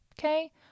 okay